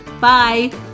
bye